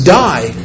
die